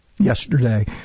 yesterday